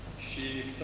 she